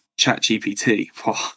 ChatGPT